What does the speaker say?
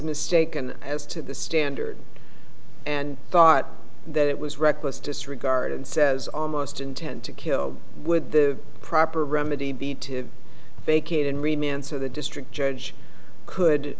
mistaken as to the standard and thought that it was reckless disregard and says almost intend to kill with the proper remedy be to vacate and remain so the district judge could